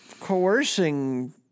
coercing